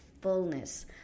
fullness